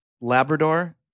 Labrador